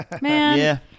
Man